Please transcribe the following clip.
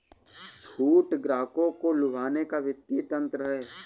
छूट ग्राहकों को लुभाने का वित्तीय तंत्र है